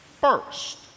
first